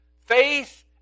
Faith